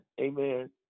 Amen